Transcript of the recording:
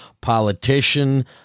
politician